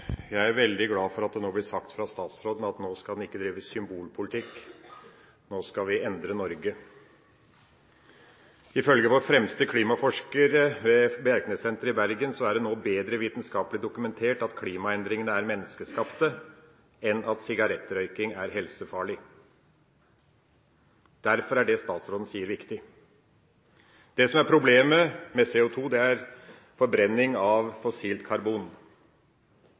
Jeg er veldig glad for at det blir sagt fra statsråden at nå skal en ikke drive symbolpolitikk, nå skal en endre Norge. Ifølge vår fremste klimaforsker ved Bjerknessenteret i Bergen er det nå bedre vitenskapelig dokumentert at klimaendringene er menneskeskapt, enn at sigarettrøyking er helsefarlig. Derfor er det statsråden sier, viktig. Det som er problemet med CO2, er forbrenning av fossilt karbon.